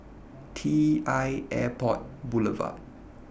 T L Airport Boulevard